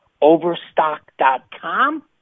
Overstock.com